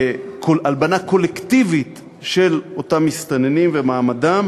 הלבנה קולקטיבית של אותם מסתננים ומעמדם,